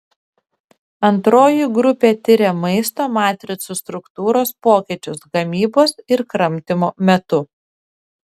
antroji grupė tiria maisto matricų struktūros pokyčius gamybos ir kramtymo metu